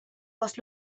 was